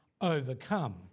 overcome